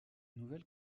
nouvelle